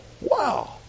wow